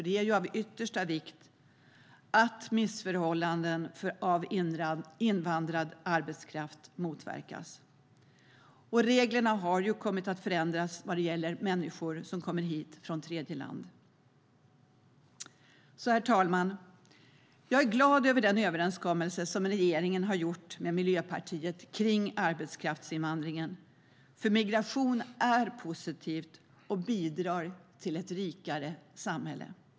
Det är ju av yttersta vikt att missförhållanden för invandrad arbetskraft motverkas. Och reglerna har kommit att förändras när det gäller människor som kommer hit från tredje land. Herr talman! Jag är glad över den överenskommelse som regeringen har slutit med Miljöpartiet när det gäller arbetskraftsinvandring, för migration är positivt och bidrar till ett rikare samhälle.